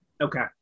Okay